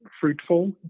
fruitful